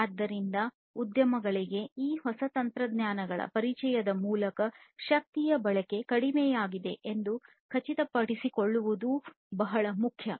ಆದ್ದರಿಂದ ಉದ್ಯಮಗಳಿಗೆ ಈ ಹೊಸ ತಂತ್ರಜ್ಞಾನಗಳ ಪರಿಚಯದ ಮೂಲಕ ಶಕ್ತಿಯ ಬಳಕೆ ಕಡಿಮೆಯಾಗಿದೆ ಎಂದು ಖಚಿತಪಡಿಸಿಕೊಳ್ಳುವುದು ಬಹಳ ಮುಖ್ಯ